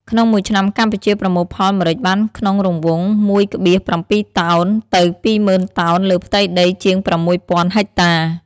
ក្នុងមួយឆ្នាំកម្ពុជាប្រមូលផលម្រេចបានក្នុងរង្វង់ ១,៧ តោន ទៅ ២ ម៉ឺនតោនលើផ្ទៃដីជាង ៦ ពាន់ហិកតា។